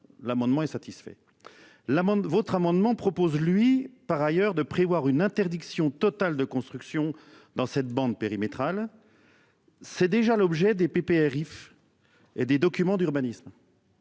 l'amendement est satisfait. L'amende votre amendement propose-lui par ailleurs de prévoir une interdiction totale de construction dans cette bande péri Métral. C'est déjà l'objet des PPRI Arif et des documents d'urbanisme.